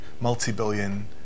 multi-billion